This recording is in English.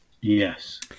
yes